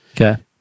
Okay